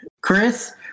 Chris